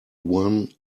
one